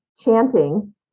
chanting